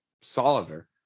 solider